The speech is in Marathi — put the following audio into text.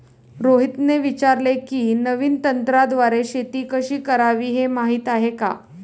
रोहितने विचारले की, नवीन तंत्राद्वारे शेती कशी करावी, हे माहीत आहे का?